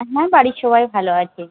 হ্যাঁ বাড়ির সবাই ভালো আছে